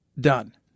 done